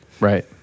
Right